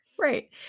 Right